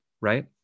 right